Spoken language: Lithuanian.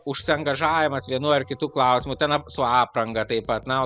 užsangažavimas vienu ar kitu klausimu ten a su apranga taip pat na o